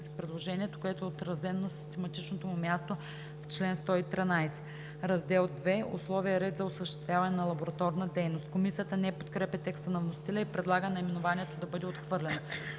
предложението, което е отразено на систематичното му място в чл. 113. „Раздел II – Условия и ред за осъществяване на лабораторна дейност“. Комисията не подкрепя текста на вносителя и предлага наименованието да бъде отхвърлено.